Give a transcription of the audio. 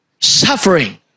suffering